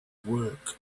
work